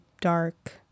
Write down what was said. dark